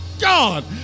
God